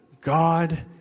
God